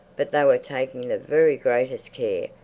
but they were taking the very greatest care.